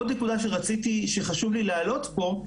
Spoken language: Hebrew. עוד נקודה שחשוב לי להעלות פה,